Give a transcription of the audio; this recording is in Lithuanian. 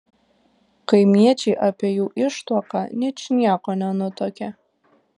kaimiečiai apie jų ištuoką ničnieko nenutuokė